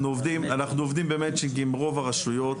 אנחנו עובדים במאצ'ינג עם רוב הרשויות